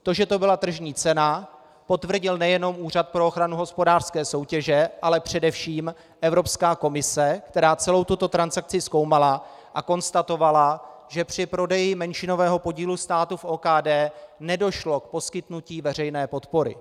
To, že to byla tržní cena, potvrdil nejen Úřad pro ochranu hospodářské soutěže, ale především Evropská komise, která celou tuto transakci zkoumala a konstatovala, že při prodeji menšinového podílu státu v OKD nedošlo k poskytnutí veřejné podpory.